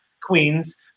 queens